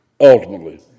ultimately